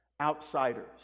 outsiders